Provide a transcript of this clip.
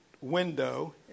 window